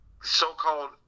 so-called